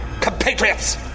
compatriots